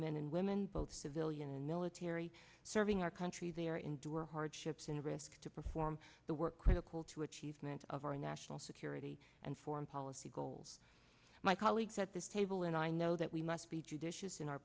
men and women both civilian and military serving our country there endure hardships in risk to perform the work critical to achievement of our national security and foreign policy goals my colleagues at this table and i know that we must be judicious in our